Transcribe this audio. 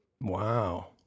Wow